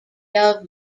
dove